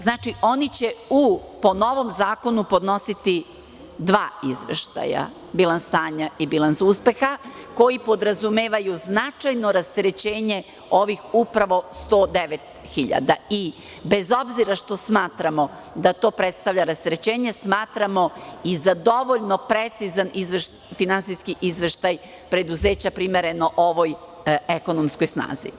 Znači, oni će po novom zakonu podnositi dva izveštaja, bilans stanja i bilans uspeha koji podrazumevaju značajno rasterećenje ovih 109.000 i bez obzira što smatramo da to predstavlja rasterećenje, smatramo i da dovoljan precizan finansijski izveštaj preduzeća primereno ovoj ekonomskoj snazi.